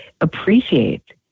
appreciate